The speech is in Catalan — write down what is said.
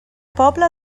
pobla